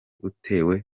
utewe